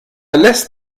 lässt